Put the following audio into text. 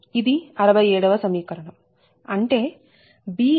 ఇది 67 వ సమీకరణం అంటే Bij0